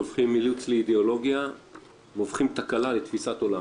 שהופכים אילוץ לאידיאולוגיה והופכים תקלה לתפיסת עולם.